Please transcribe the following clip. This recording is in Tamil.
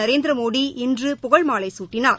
நரேந்திரமோடி இன்று புகழ்மாலை குட்டினார்